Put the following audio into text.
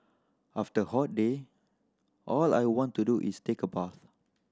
after a hot day all I want to do is take a bath